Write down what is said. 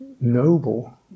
noble